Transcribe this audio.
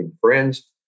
friends